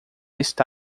está